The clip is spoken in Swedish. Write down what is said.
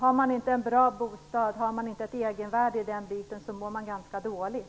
Har man inte en bra bostad och har man inte ett egenvärde där mår man ganska dåligt.